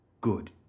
Good